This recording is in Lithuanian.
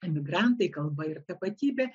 emigrantai kalba ir tapatybė